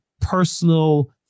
personal